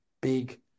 big